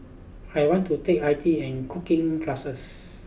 I want to take I T and cooking classes